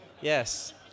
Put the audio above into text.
Yes